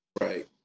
right